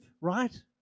right